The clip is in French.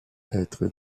être